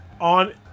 on